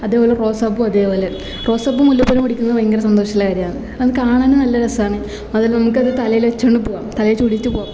അതേപോലെ റോസാപ്പൂ അതേപോലെ റോസാപ്പൂ മുല്ലപ്പൂ പിടിക്കുന്നത് ഭയങ്കര സന്തോഷമുള്ള കാര്യമാന്ന് അത് കാണാനും നല്ല രസമാണ് അതുപോലെ നമുക്കത് തലേല് വച്ചോണ്ട് പോകാം തലേ ചുടീട്ട് പോകാം